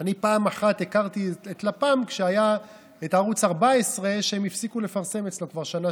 פעם אחת הכרתי את לפ"מ כשהם הפסיקו לפרסם בערוץ 14,